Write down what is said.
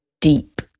deep